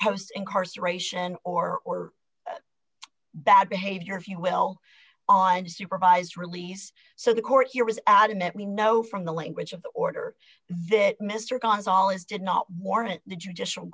post incarceration or bad behavior if you will on supervised release so the court here is adamant we know from the language of the order that mr gonzales did not warrant the judicial